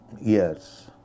years